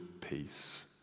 peace